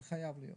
זה חייב להיות,